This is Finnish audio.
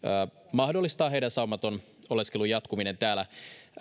mahdollistaa heidän oleskelunsa saumaton jatkuminen täällä